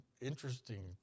interesting